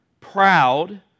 proud